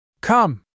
Come